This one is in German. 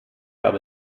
gab